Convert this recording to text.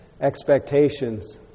expectations